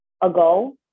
ago